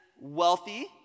wealthy